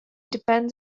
depends